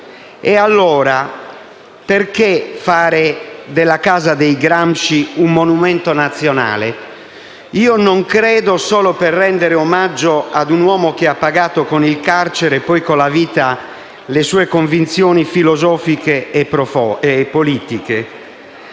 E, allora, perché fare della casa dei Gramsci un monumento nazionale? Non credo sia solo per rendere omaggio ad un uomo che ha pagato con il carcere e poi con la vita le sue convinzioni filosofiche e politiche.